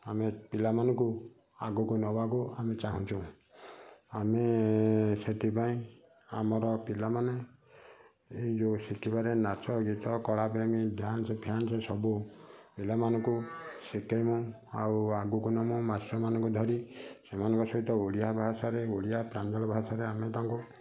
ଆମେ ପିଲାମାନଙ୍କୁ ଆଗକୁ ନବାକୁ ଆମେ ଚାହୁଁଛୁ ଆମେ ସେଥିପାଇଁ ଆମର ପିଲାମାନେ ଏଇ ଯେଉଁ ଶିଖିବାରେ ନାଚ ଗୀତ କଳାପ୍ରେମୀ ଡ୍ୟାନ୍ସ ଫ୍ୟାନ୍ସ ସବୁ ପିଲାମାନଙ୍କୁ ଶିଖାଇମା ଆଉ ଆଗକୁ ନେମା ମାଷ୍ଟ୍ରମାନଙ୍କୁ ଧରି ସେମାନଙ୍କ ସହିତ ଓଡ଼ିଆ ଭାଷାରେ ଓଡ଼ିଆ ପ୍ରାଞ୍ଜଳ ଭାଷାରେ ଆମେ ତାଙ୍କୁ